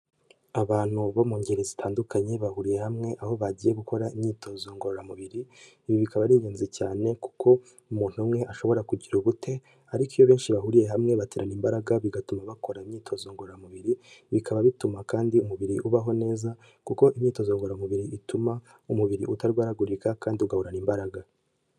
Abantu bo mu ngeri zitandukanye bahuriye hamwe, aho bagiye gukora imyitozo ngororamubiri, ibi bikaba ari ingenzi cyane kuko umuntu umwe ashobora kugira ubute ariko iyo benshi bahuriye hamwe baterana imbaraga, bigatuma bakora imyitozo ngororamubiri bikaba bituma kandi umubiri ubaho neza kuko imyitozo ngororamubiri ituma umubiri utarwaragurika kandi ugahorana imbaraga.